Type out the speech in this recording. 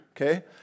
okay